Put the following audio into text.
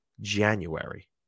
January